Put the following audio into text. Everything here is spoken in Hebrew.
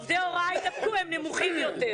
ולכן הסיכויים שעובדי הוראה יידבקו הם נמוכים יותר.